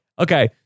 Okay